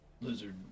lizard